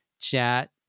Chat